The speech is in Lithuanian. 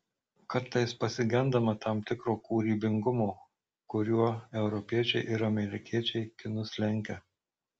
kartais pasigendama tam tikro kūrybingumo kuriuo europiečiai ir amerikiečiai kinus lenkia